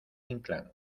inclán